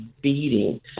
beating